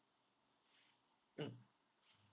mm